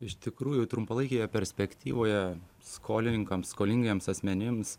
iš tikrųjų trumpalaikėje perspektyvoje skolininkams skolingiems asmenims